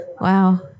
Wow